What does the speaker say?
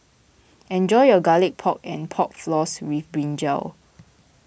enjoy your Garlic Pork and Pork Floss with Brinjal